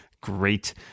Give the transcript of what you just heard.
great